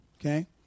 Okay